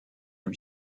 lui